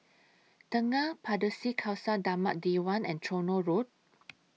Tengah Pardesi Khalsa Dharmak Diwan and Tronoh Road